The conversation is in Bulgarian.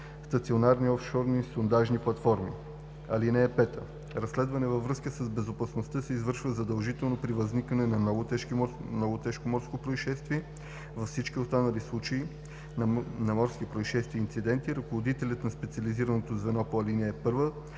стационарни офшорни сондажни платформи. (5) Разследване във връзка с безопасността се извършва задължително при възникване на много тежко морско произшествие. Във всички останали случаи на морски произшествия и инциденти ръководителят на специализираното звено по ал. 1